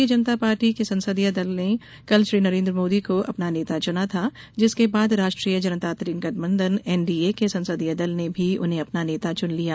भारतीय जनता पार्टी संसदीय दल ने कल श्री मोदी को अपना नेता चुना था जिसके बाद राष्ट्रीय जनतांत्रिक गठबंधन एनडीए के संसदीय दल ने भी उन्हें अपना नेता चुन लिया